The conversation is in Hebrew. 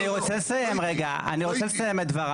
אני רוצה לסיים את דבריי.